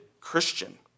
Christian